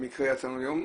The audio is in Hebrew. במקרה יצא לנו יום,